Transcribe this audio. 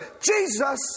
Jesus